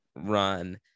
run